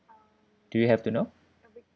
do you have to know